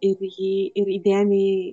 ir jį ir įdėmiai